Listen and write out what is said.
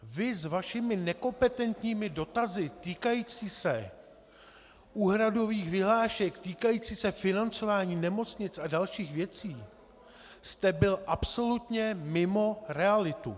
Vy s vašimi nekompetentními dotazy týkajícími se úhradových vyhlášek, týkajícími se financování nemocnic a dalších věcí jste byl absolutně mimo realitu.